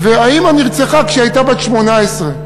והאימא נרצחה כשהיא הייתה בת 18,